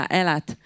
elät